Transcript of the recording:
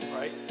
right